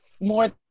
more